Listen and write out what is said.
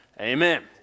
Amen